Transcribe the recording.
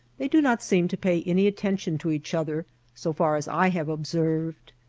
they do not seem to pay any at tention to each other so far as i have observed.